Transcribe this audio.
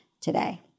today